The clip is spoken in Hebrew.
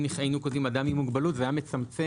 אם היינו כותבים "אדם עם מוגבלות" זה היה מצמצם